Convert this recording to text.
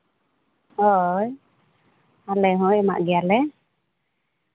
ᱦᱳᱭ ᱟᱞᱮ ᱦᱚᱸ ᱮᱢᱟᱜ ᱜᱮᱭᱟᱞᱮ